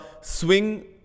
swing